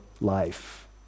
life